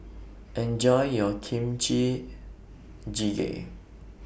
Enjoy your Kimchi Jjigae